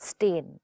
Stain